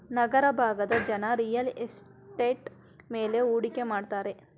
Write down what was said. ನಗರ ಭಾಗದ ಜನ real estate ಮೇಲೆ ಹೂಡಿಕೆ ಮಾಡುತ್ತಾರೆ